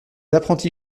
apprentis